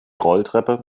rolltreppe